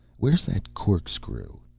where's that corkscrew?